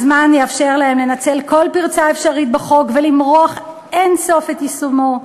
והזמן יאפשר להם לנצל כל פרצה אפשרית בחוק ולמרוח עד אין-סוף את יישומו.